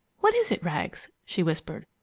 what is it, rags? she whispered.